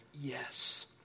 yes